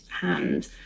hand